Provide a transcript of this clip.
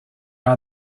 are